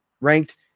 ranked